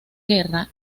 guerra